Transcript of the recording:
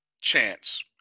chance